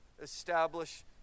establish